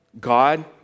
God